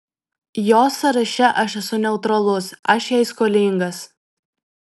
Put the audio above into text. jos sąraše aš esu neutralus aš jai skolingas